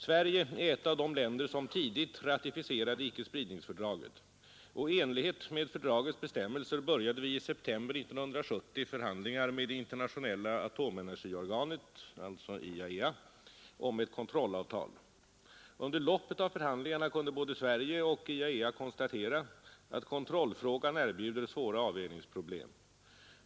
Sverige är ett av de länder som tidigt ratificerade icke-spridningsfördraget, och i enlighet med fördragets bestämmelser började vi i september 1970 förhandlingar med det internationella atomenergiorganet, IAEA, om ett kontrollavtal. Under loppet av förhandlingarna kunde både Sverige och IAEA konstatera att kontrollfrågan erbjuder svåra avvägningsproblem.